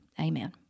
amen